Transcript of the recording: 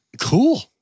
cool